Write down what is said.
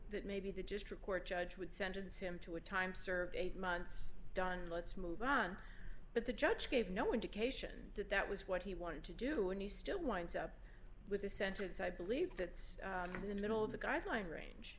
that maybe the district court judge would sentence him to a time served eight months done let's move on but the judge gave no indication that that was what he wanted to do and he still winds up with a sentence i believe that's in the middle of the guideline range